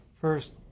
first